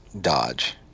dodge